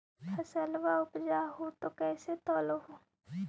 फसलबा उपजाऊ हू तो कैसे तौउलब हो?